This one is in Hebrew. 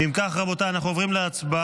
אם כך, רבותיי, אנחנו עוברים להצבעה.